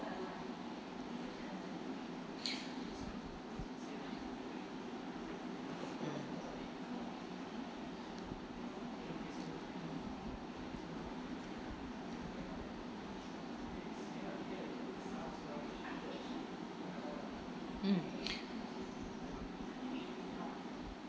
mm mm